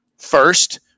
first